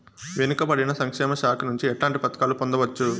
వెనుక పడిన సంక్షేమ శాఖ నుంచి ఎట్లాంటి పథకాలు పొందవచ్చు?